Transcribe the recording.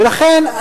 ולכן,